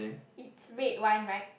it's red wine right